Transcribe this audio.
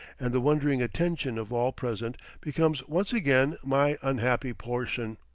and the wondering attention of all present becomes once again my unhappy portion.